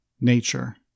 nature